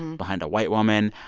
and behind a white woman,